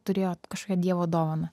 turėjo kažkokią dievo dovaną